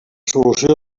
solució